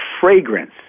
fragrance